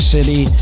City